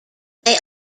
they